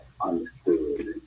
understood